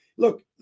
Look